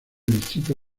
distrito